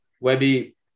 Webby